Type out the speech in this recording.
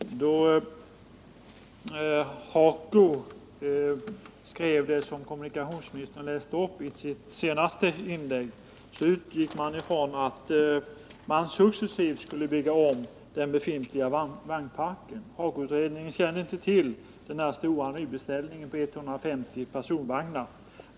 Herr talman! Då HAKO-utredningen skrev det som kommunikationsministern läste upp i sitt senaste inlägg utgick utredningen från att den befintliga vagnparken successivt skulle byggas om. HAKO-utredningen kände inte till den nya, stora beställningen på 150 personvagnar.